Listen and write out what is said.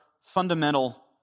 fundamental